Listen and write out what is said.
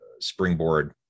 springboard